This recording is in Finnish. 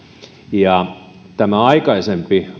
ja tämä aikaisempi